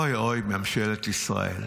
אוי אוי, ממשלת ישראל,